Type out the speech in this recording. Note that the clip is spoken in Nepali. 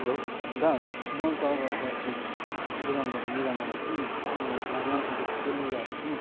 हेलो दा मैले तपाईँलाई त्यो अस्ति दोकानबाट लुगा मगाएको थिएँ नि एउटा जामा अन्त थुप्रै लुगाहरू थियो नि